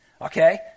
okay